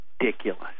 ridiculous